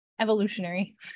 evolutionary